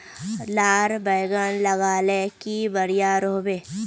लार बैगन लगाले की बढ़िया रोहबे?